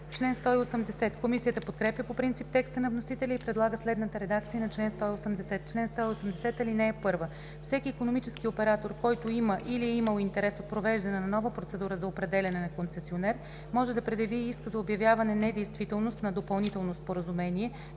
договор.“ Комисията подкрепя по принцип текста на вносителя и предлага следната редакция на чл. 180: „Чл. 180. (1) Всеки икономически оператор, който има или е имал интерес от провеждане на нова процедура за определяне на концесионер може да предяви иск за обявяване недействителност на допълнително споразумение